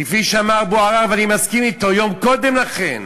כפי שאמר אבו עראר, ואני מסכים אתו, יום קודם לכן